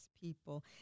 people